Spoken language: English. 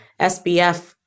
SBF